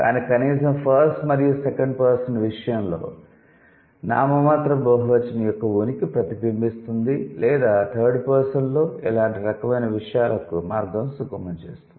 కాని కనీసం ఫస్ట్ మరియు సెకండ్ పర్సన్ విషయంలో నామమాత్రపు బహువచనం యొక్క ఉనికి ప్రతిబింబిస్తుంది లేదా థర్డ్ పర్సన్ లో ఇలాంటి రకమైన విషయాలకు మార్గం సుగమం చేస్తుంది